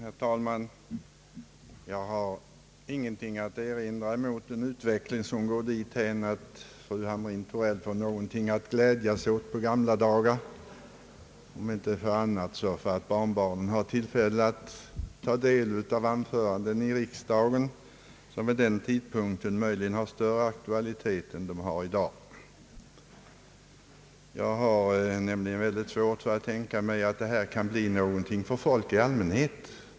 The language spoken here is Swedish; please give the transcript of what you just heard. Herr talman! Jag har ingenting att erinra emot en utveckling som går dithän att fru Hamrin-Thorell får någonting att glädjas åt på gamla dagar, om inte för annat så för att barnbarnen får tillfälle till att ta del av anförandena i riksdagen. Frågan om sabbatsår kan möjligen vid den tidpunkten ha större aktualitet än i dag. Jag har nämligen mycket svårt att tänka mig att det här med sabbatsår kan bli någonting för folk i allmänhet.